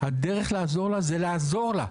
הדרך לעזור לה היא לעזור לה.